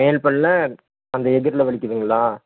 மேல் பல்லில் அந்த எகர்ல வலிக்கிதுங்களா